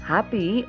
Happy